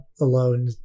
alone